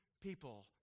People